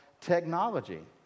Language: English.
technology